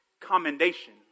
commendation